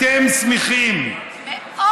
אתם שמחים, מאוד.